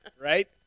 Right